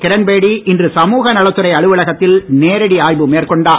கிரண்பேடி இன்று சமுகநலத்துறை அலுவலகத்தில் நேரடி ஆய்வு மேற்கொண்டார்